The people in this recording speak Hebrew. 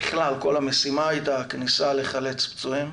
כל המשימה הייתה כניסה לחלץ פצועים